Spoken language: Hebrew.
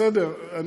בסדר.